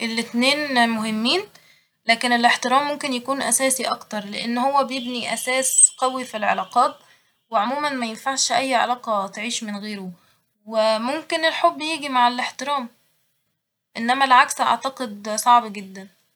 الاتنين مهمين لكن الاحترام ممكن يكون أساسي أكتر لإن هو بيبني أساس قوي في العلاقات وعموما مينفعش أي علاقة تعيش من غيره و ممكن الحب يجي مع الاحترام انما العكس أعتقد صعب جدا